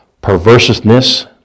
perverseness